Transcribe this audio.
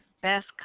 Best